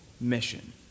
mission